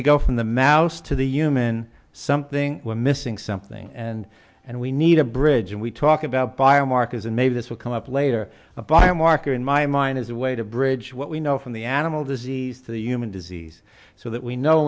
we go from the mouse to the human something we're missing something and and we need a bridge and we talk about biomarkers and maybe this will come up later a biomarker in my mind is a way to bridge what we know from the animal disease to the human disease so that we know